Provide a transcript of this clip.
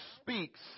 speaks